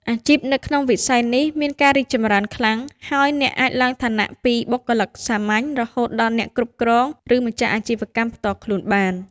អាជីពនៅក្នុងវិស័យនេះមានការរីកចម្រើនខ្លាំង ហើយអ្នកអាចឡើងឋានៈពីបុគ្គលិកសាមញ្ញរហូតដល់អ្នកគ្រប់គ្រងឬម្ចាស់អាជីវកម្មផ្ទាល់ខ្លួនបាន។